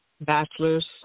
bachelor's